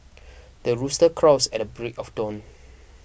the rooster crows at the break of dawn